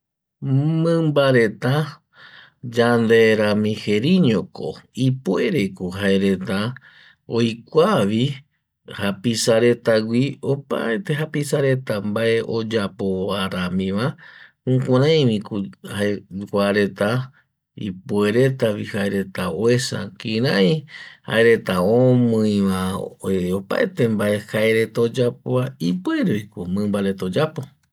Mimba reta yande rami jeriñoko, ipuereko jaereta oikuavi japisa retagui opaete japisareta mbae oyapova ramiva, jukuraiviko jae kua reta ipueretavi jae reta oesa kirai jaereta omiiva opaete mbae jae reta oyapova ipuereko mimba reta oyapo